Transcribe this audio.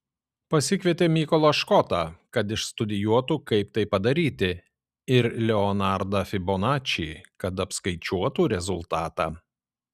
pasikvietė mykolą škotą kad išstudijuotų kaip tai padaryti ir leonardą fibonačį kad apskaičiuotų rezultatą